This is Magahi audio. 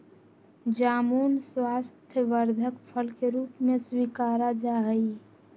जामुन स्वास्थ्यवर्धक फल के रूप में स्वीकारा जाहई